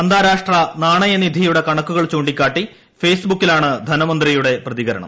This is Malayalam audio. അന്താരാഷ്ട്ര നാണയ നിധിയുടെ കണക്കുകൾ ചൂണ്ടിക്കാട്ടി ഫെയ്സ്ബുക്കിലാണ് ധനമന്ത്രിയുടെ പ്രതികര ണം